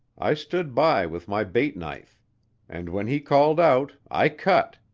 i stood by with my bait knife and when he called out, i cut,